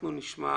אנחנו נשמע,